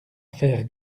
faire